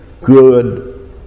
good